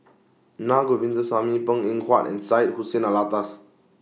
Na Govindasamy Png Eng Huat and Syed Hussein Alatas